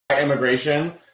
Immigration